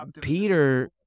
Peter